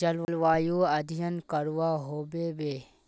जलवायु अध्यन करवा होबे बे?